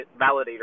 validator